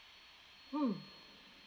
mm